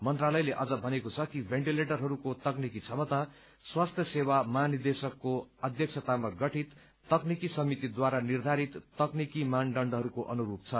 मन्त्रालयले अझ भनेको छ कि भेन्टिलेटरहरूको तकनिकी क्षमता स्वास्थ्य सेवा महानिदेशकको अध्यक्षतामा गठित तकनिकी समितिद्वारा निर्थारित तकनिकी मानदण्डहरूको अनुस्प छन्